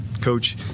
coach